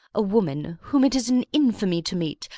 a woman whom it is an infamy to meet,